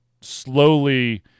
slowly